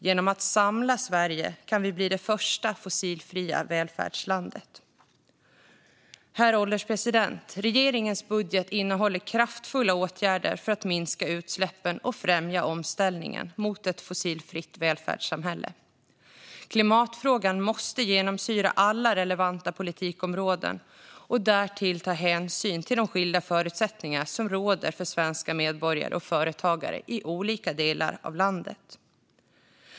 Genom att samla Sverige kan vi bli det första fossilfria välfärdslandet. Herr ålderspresident! Regeringens budget innehåller kraftfulla åtgärder för att minska utsläppen och främja omställningen till ett fossilfritt välfärdssamhälle. Klimatfrågan måste genomsyra alla relevanta politikområden och därtill ta hänsyn till de skilda förutsättningar som råder för svenska medborgare och företagare i olika delar av landet.